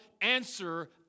answer